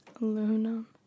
Aluminum